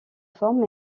forme